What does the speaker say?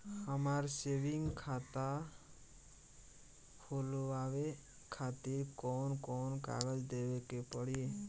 हमार सेविंग खाता खोलवावे खातिर कौन कौन कागज देवे के पड़ी?